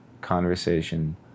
conversation